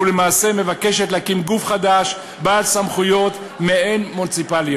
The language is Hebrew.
ולמעשה מבקשת להקים גוף חדש בעל סמכויות מעין-מוניציפליות.